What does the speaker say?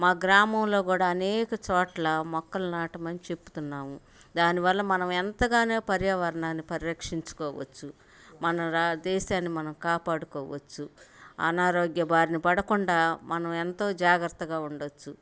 మా గ్రామంలో కూడా అనేక చోట్ల మొక్కలు నాటమని చెప్తున్నాము దాని వల్ల మనం ఎంతగానో పర్యావరణాన్ని పరిరక్షించుకోవచ్చు మన రా దేశాన్ని మనం కాపాడుకోవచ్చు అనారోగ్య బారిన పడకుండా మనం ఎంతో జాగ్రత్తగా ఉండవచ్చు